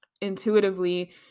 intuitively